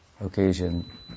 occasion